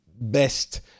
best